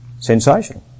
Sensation